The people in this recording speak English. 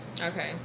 okay